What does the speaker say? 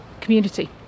community